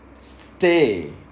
stay